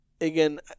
again